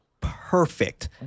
perfect